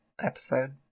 episode